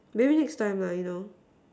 maybe next time lah you know